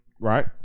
Right